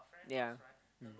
ya mm